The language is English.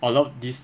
a lot of these